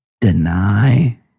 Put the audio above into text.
deny